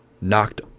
knocked